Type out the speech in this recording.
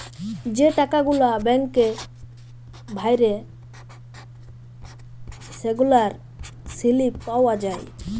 যে টাকা গুলা ব্যাংকে ভ্যইরে সেগলার সিলিপ পাউয়া যায়